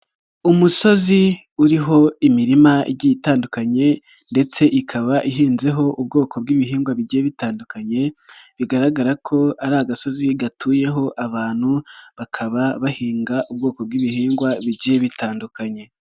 Umusozi uriho imirima igiye itandukanye ndetse ikaba ihinzeho ubwoko bw'ibihingwa bigiye bitandukanye bigaragara ko ari agasozi gatuyeho abantu bakaba bahinga ubwoko bw'ibihingwa bigiye bitandukanye.